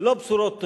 הוא חתנו של הנשיא.